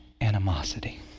animosity